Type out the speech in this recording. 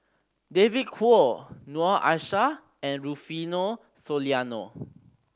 David Kwo Noor Aishah and Rufino Soliano